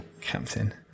Captain